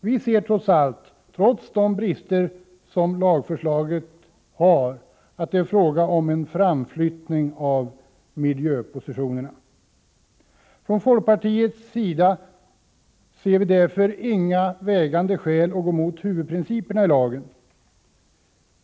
Vi finner att det, trots de brister som lagförslaget har, är fråga om en framflyttning av miljöpositionerna. Från folkpartiets sida ser vi därför inga vägande skäl att gå emot huvudprinciperna i lagen.